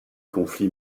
conflit